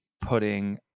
putting